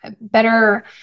better